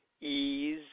ease